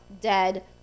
dead